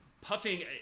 puffing